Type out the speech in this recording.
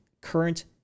current